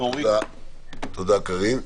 תודה קארין.